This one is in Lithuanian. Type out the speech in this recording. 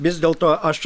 vis dėlto aš